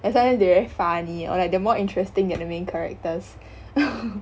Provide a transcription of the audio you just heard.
sometimes they very funny or like they're more interesting than the main characters